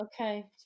okay